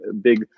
big